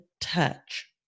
touch